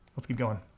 let's keep goin'.